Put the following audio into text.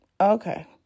okay